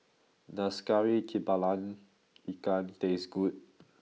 does Kari Kepala Ikan taste good